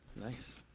Nice